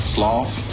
Sloth